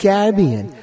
Caribbean